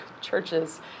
churches